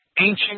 ancient